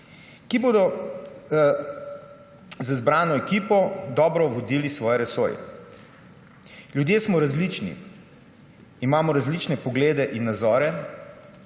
ki bodo z zbrano ekipo dobro vodili svoje resorje. Ljudje smo različni, imamo različne poglede in nazore,